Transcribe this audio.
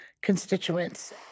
constituents